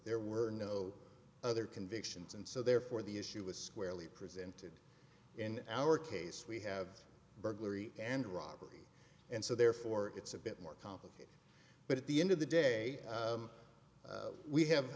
there were no other convictions and so therefore the issue was squarely presented in our case we have burglary and robbery and so therefore it's a bit more complicated but at the end of the day we have